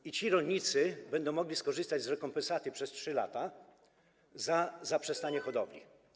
I ci rolnicy będą mogli korzystać z rekompensaty przez 3 lata za zaprzestanie hodowli.